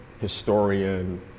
historian